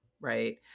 right